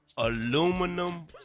Aluminum